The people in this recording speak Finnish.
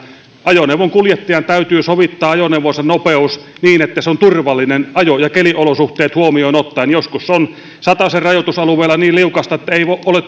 ajoneuvon kuljettajan täytyy sovittaa ajoneuvonsa nopeus niin että se on turvallinen ajo ja keliolosuhteet huomioon ottaen joskus on satasen rajoitusalueella niin liukasta että ei ole